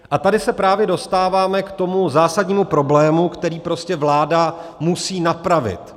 A tady se právě dostáváme k tomu zásadnímu problému, který prostě vláda musí napravit.